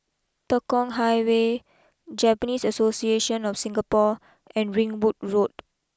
Tekong Highway Japanese Association of Singapore and Ringwood Road